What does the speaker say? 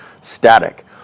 static